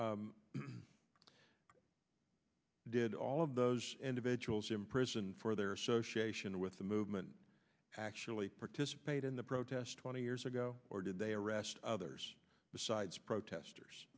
can did all of those individuals imprisoned for their association with the movement actually participate in the protests twenty years ago or did they arrest others besides protesters